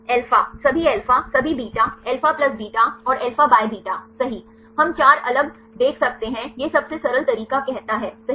alpha सभी alpha सभी beta alpha plus beta और अल्फा बाय बीटा सही हम 4 अलग देख सकते हैं यह सबसे सरल तरीका कहता है सही